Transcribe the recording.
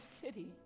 city